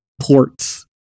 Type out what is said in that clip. ports